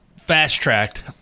fast-tracked